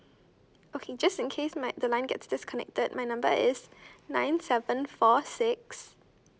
okay just in case my the line gets disconnected my number is nine seven four six